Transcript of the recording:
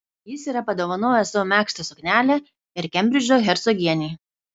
jis yra padovanojęs savo megztą suknelę ir kembridžo hercogienei